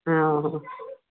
ହଁ ହଁ